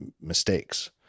mistakes